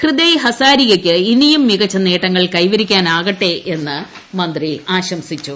ഹൃദയ് ഹസാരികയ്ക്ക് ഇനിയും മികച്ച നേട്ടം കൈവരിക്കാനാകട്ടെ എന്ന് മന്ത്രി ആശംസിച്ചു